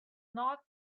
not